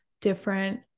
different